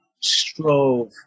strove